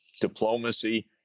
diplomacy